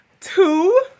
two